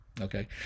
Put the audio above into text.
okay